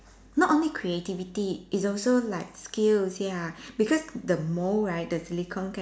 not only creativity it's also like skills ya because the mold right the silicon kind